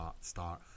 start